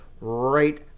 right